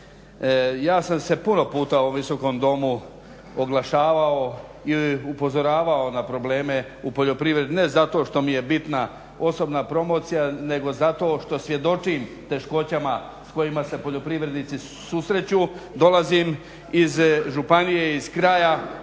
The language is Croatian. Ja sam se puno puta u ovom Visokom domu oglašavao i upozoravao na probleme u poljoprivredi ne zato što mi je bitna osobna promocija nego zato što svjedočim teškoćama s kojima se poljoprivrednici susreću.